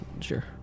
Sure